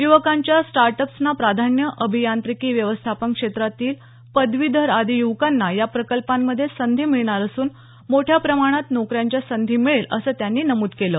य्वकांच्या स्टार्टअप्सना प्राधान्य अभियांत्रिकी व्यवस्थापन क्षेत्रातील पदवीधर आदी युवकांना या प्रकल्पांमध्ये संधी मिळणार असून मोठ्या प्रमाणात नोकऱ्यांच्या संधी मिळेल असं त्यांनी नमूद केलं